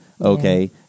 okay